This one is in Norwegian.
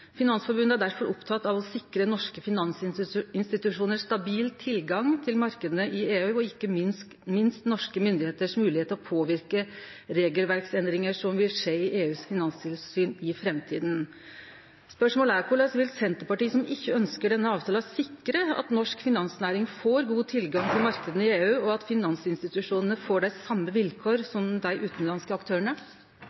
Finansforbundet er derfor opptatt av å sikre norske finansinstitusjoner stabil tilgang til markedene i EU, og ikke minst norske myndigheters mulighet til å påvirke regelverksendringer som vil skje i EUs finanstilsyn i framtiden.» Spørsmålet er: Korleis vil Senterpartiet, som ikkje ønskjer denne avtala, sikre at norsk finansnæring får god tilgang til marknadene i EU, og at finansinstitusjonane får dei same